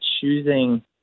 choosing